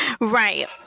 Right